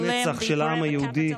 בירת הנצח של העם היהודי,